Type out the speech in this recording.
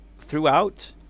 throughout